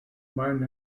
mein